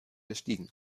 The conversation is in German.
bestiegen